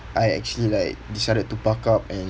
I actually like decided to buck up and